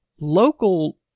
Local